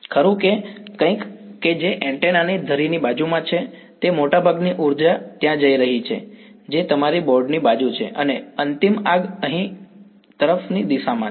ખરું કે કંઈક કે જે એન્ટેના ની ધરીની બાજુમાં છે તે મોટાભાગની ઉર્જા ત્યાં જઈ રહી છે જે તમારી બોર્ડની બાજુ છે અને અંતિમ આગ અહીં આ જમણી તરફની દિશામાં છે